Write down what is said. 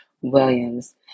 Williams